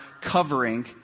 covering